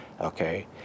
okay